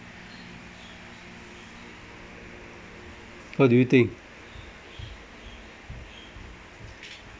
what do you think